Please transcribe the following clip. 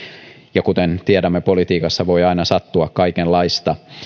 ja kuten tiedämme politiikassa voi aina sattua kaikenlaista